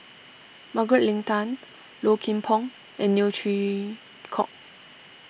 Margaret Leng Tan Low Kim Pong and Neo Chwee Kok